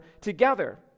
together